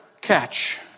catch